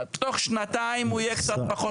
תוך שנתיים הוא יהיה קצת פחות נורא.